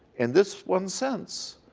in this one sense,